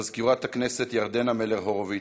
מזכירת הכנסת ירדנה מלר-הורוביץ,